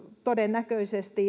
todennäköisesti